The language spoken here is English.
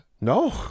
No